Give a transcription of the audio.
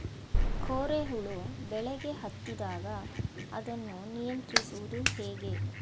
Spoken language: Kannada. ಕೋರೆ ಹುಳು ಬೆಳೆಗೆ ಹತ್ತಿದಾಗ ಅದನ್ನು ನಿಯಂತ್ರಿಸುವುದು ಹೇಗೆ?